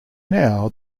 now